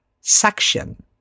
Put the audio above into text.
section